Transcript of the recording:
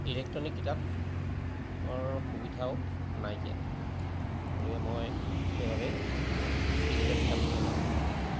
electronic কিতাপ ৰ সুবিধাও নাইকীয়া গতিকে মই সেইবাবে ফিজিকেল কিতাপ পঢ়িয়ে ভাল পাওঁ